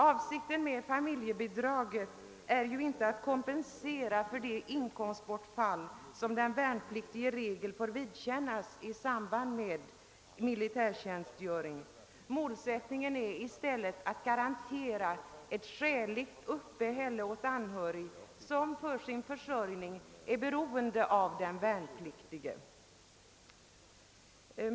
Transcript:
Avsikten med familjebidraget är ju inte att kompensera det inkomstbortfall som den värnpliktige i regel får vidkännas i samband med militärtjänstgöring. Målsättningen är att garantera ett skäligt uppehälle åt de anhöriga, vilka för sin försörjning är beroende av den värnpliktige.